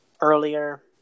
earlier